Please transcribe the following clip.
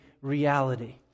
reality